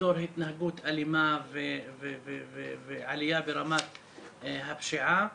בתור התנהגות אלימה ועלייה ברמת הפשיעה.